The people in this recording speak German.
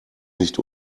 nicht